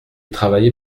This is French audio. travaillé